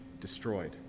destroyed